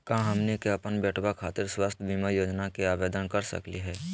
का हमनी के अपन बेटवा खातिर स्वास्थ्य बीमा योजना के आवेदन करे सकली हे?